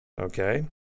Okay